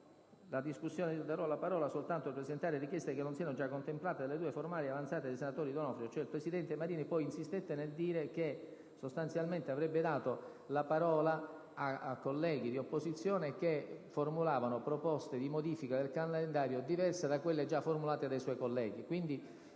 E ancora: «Darò la parola soltanto per presentare richieste che non siano già contemplate dalle due formali avanzate dai senatori Schifani e D'Onofrio». Il presidente Marini insistette nel dire che sostanzialmente avrebbe dato la parola a colleghi di opposizione che formulavano proposte di modifica del calendario diverse da quelle già formulate dagli altri colleghi. Quindi